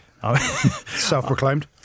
Self-proclaimed